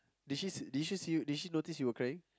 did she did she see you did she notice you were crying